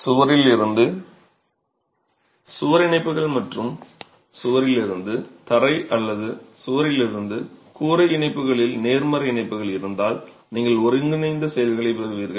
சுவரில் இருந்து சுவர் இணைப்புகள் மற்றும் சுவரில் இருந்து தரை அல்லது சுவரில் இருந்து கூரை இணைப்புகளில் நேர்மறை இணைப்புகள் இருந்தால் நீங்கள் ஒருங்கிணைந்த செயலைப் பெறுவீர்கள்